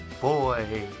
boy